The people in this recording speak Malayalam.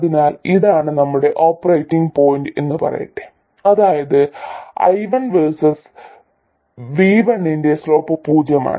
അതിനാൽ ഇതാണ് ഇവിടെ ഓപ്പറേറ്റിംഗ് പോയിന്റ് എന്ന് പറയട്ടെ അതായത് I1 vs V1 ന്റെ സ്ലോപ് പൂജ്യമാണ്